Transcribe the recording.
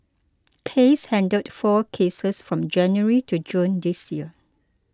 case handled four cases from January to June this year